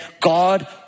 God